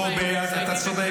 בואו ביד אחת,